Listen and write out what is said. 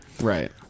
right